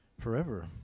forever